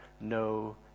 no